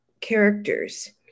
characters